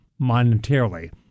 monetarily